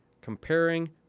comparing